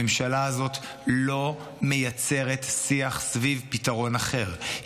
הממשלה הזאת לא מייצרת שיח סביב פתרון אחר,